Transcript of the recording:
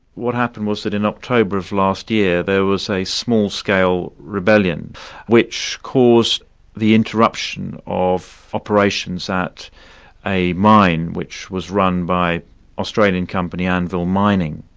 what happened was that in october of last year, there was a small-scale rebellion which caused the interruption of operations at a mine which was run by australian company anvil mining.